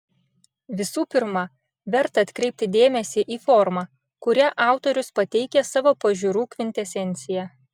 visų pirma verta atkreipti dėmesį į formą kuria autorius pateikia savo pažiūrų kvintesenciją